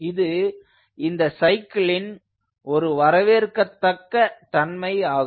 இது இந்த சைக்கிளின் ஒரு வரவேற்கத்தக்க நன்மை ஆகும்